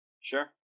sure